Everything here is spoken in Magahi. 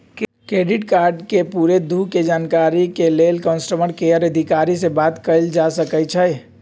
क्रेडिट कार्ड के पूरे दू के जानकारी के लेल कस्टमर केयर अधिकारी से बात कयल जा सकइ छइ